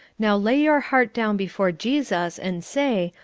now lay your heart down before jesus, and say,